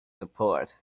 support